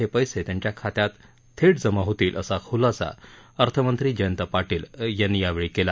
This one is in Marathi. हे पर्सीत्यांच्या खात्यात थेट जमा होतील असा खुलासा अर्थमंत्री जयंत पाटील यांनी यावेळी केला